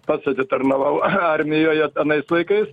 pats tarnavau armijoje senais laikais